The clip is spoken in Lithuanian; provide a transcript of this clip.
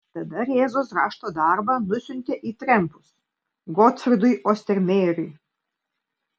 tada rėzos rašto darbą nusiuntė į trempus gotfrydui ostermejeriui